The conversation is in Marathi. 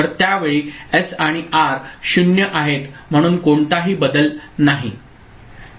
तर त्या वेळी एस आणि आर 0 आहेत म्हणून कोणताही बदल नाही